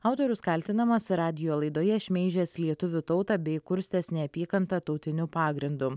autorius kaltinamas radijo laidoje šmeižęs lietuvių tautą bei kurstęs neapykantą tautiniu pagrindu